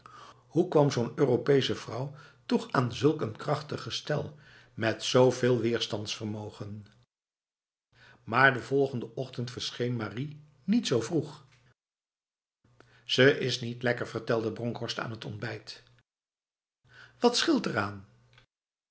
hoe kwam zo'n europese vrouw toch aan zulk een krachtig gestel met zoveel weerstandsvermogen maar de volgende ochtend verscheen marie niet zo vroeg ze is niet lekker vertelde bronkhorst aan het ontbijt wat scheelt eraan